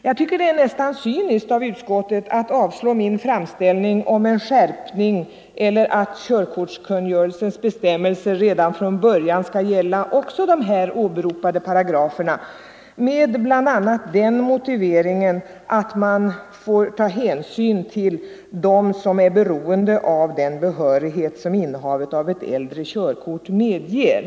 Jag tycker att det är nästan cyniskt av utskottet att avstyrka min framställning om en skärpning på så sätt att tillämpningen av körkortskungörelsens bestämmelser redan från början skall gälla också de här åberopade paragraferna. Utskottet gör detta med bl.a. den motiveringen att man får ta hänsyn till dem som är beroende av den behörighet som innehavet av ett äldre körkort ger.